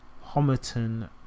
Homerton